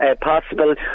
possible